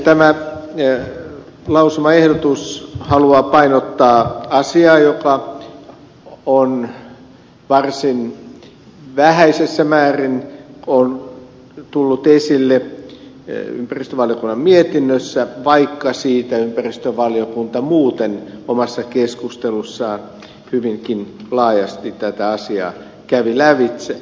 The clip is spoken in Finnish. tämä lausumaehdotus haluaa painottaa asiaa joka on varsin vähäisessä määrin tullut esille ympäristövaliokunnan mietinnössä vaikka ympäristövaliokunta muuten omassa keskustelussaan hyvinkin laajasti tätä asiaa kävi lävitse